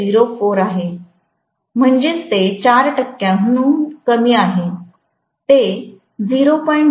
0004 आहे म्हणजे ते 4 टक्क्यांहून ही कमी नाही ते ०